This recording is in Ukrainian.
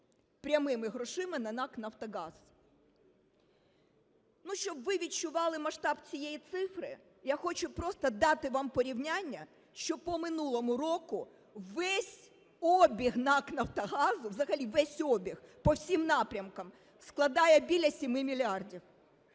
прямими грошима на НАК "Нафтогаз". Щоб ви відчували масштаб цієї цифри, я хочу просто дати вам порівняння, що по минулому року весь обіг НАК "Нафтогаз", взагалі весь обіг по всіх напрямках складає біля 7 мільярдів.